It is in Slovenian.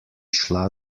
šla